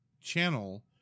channel